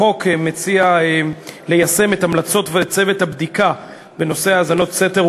החוק מציע ליישם את המלצות צוות הבדיקה בנושא האזנות סתר,